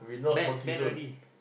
ban ban already